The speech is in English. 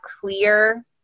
clear